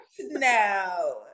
now